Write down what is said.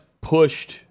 pushed